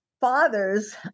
fathers